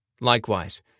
Likewise